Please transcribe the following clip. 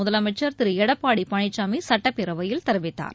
முதலமைச்சர் திரு எடப்பாடி பழனிசாமி சட்டப்பேரவையில் தெரிவித்தார்